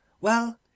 Well